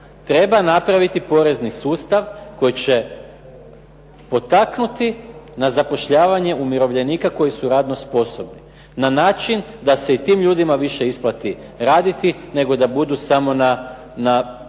Treba napraviti porezni sustav koji će potaknuti na zapošljavanje umirovljenika koji su radno sposobni na način da se i tim ljudima više isplati raditi nego da budu samo na proračunskom